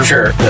Sure